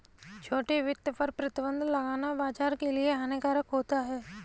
छोटे वित्त पर प्रतिबन्ध लगाना बाज़ार के लिए हानिकारक होता है